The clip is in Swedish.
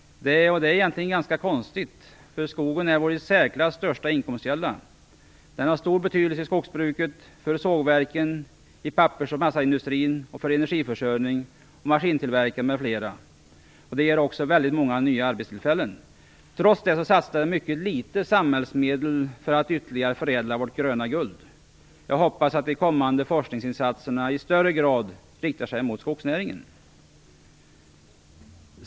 Det är egentligen ganska konstigt, då skogen är vår i särklass största inkomstkälla. Den har stor betydelse i skogsbruket, för sågverken, i pappers och massaindustrin, för energiförsörjning och maskintillverkare m.fl. Den ger också väldigt många nya arbetstillfällen. Trots detta satsas det mycket litet samhällsmedel för att ytterligare förädla vårt gröna guld. Jag hoppas att de kommande forskningsinsatserna i högre grad riktar sig mot skogsnäringen.